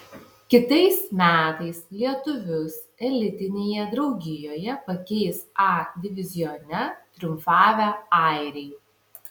kitais metais lietuvius elitinėje draugijoje pakeis a divizione triumfavę airiai